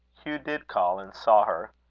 hugh did call, and saw her.